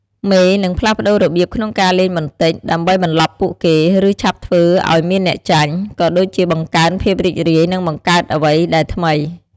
មេនឹងផ្លាស់ប្តូររបៀបក្នុងការលេងបន្តិច ដើម្បីបន្លប់ពួកគេ ឬ ឆាប់ធ្វើឱ្យមានអ្នកចាញ់ ក៏ដូចជាបង្កើនភាពរីករាយ និងបង្កើតអ្វីដែលថ្មី។